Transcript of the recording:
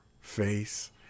face